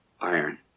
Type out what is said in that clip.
iron